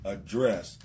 Address